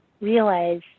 realize